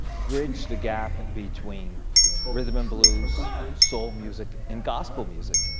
bridgeed the gap between rhythm and blues, soul music and gospel music.